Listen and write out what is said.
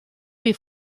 wie